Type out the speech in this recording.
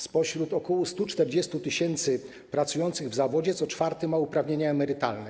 Spośród ok. 140 tys. pracujących w zawodzie co czwarty ma uprawnienia emerytalne.